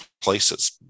places